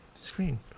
screen